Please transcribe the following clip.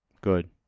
Good